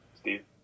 Steve